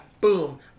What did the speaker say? boom